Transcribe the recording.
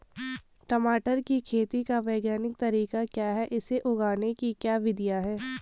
टमाटर की खेती का वैज्ञानिक तरीका क्या है इसे उगाने की क्या विधियाँ हैं?